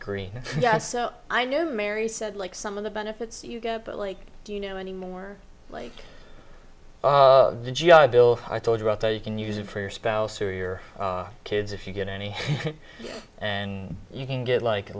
green just so i know mary said like some of the benefits you get but like do you know any more like the g i bill i told you about that you can use it for your spouse or your kids if you get any and you can get like a